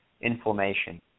inflammation